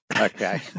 Okay